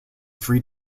three